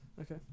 Okay